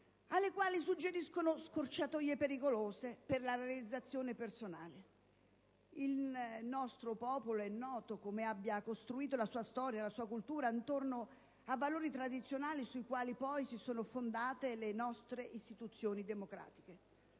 alle quali suggeriscono scorciatoie pericolose per la realizzazione personale. Il nostro popolo, è noto, ha costruito la sua storia e la sua cultura intorno a valori tradizionali, sui quali poi si sono fondate le nostre istituzioni democratiche.